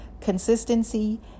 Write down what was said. consistency